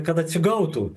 kad atsigautų